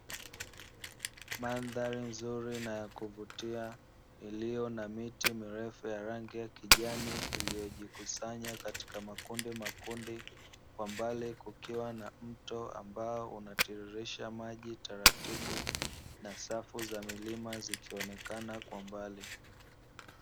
Mandhari nzuri na ya kuvutia, iliyo na miti mirefu ya rangi ya kijani, iliyojikusanya katika makundimakundi. Kwa mbali kukiwa na mto ambao unatiririsha maji taratibu, na safu za milima zikionekana kwa mbali.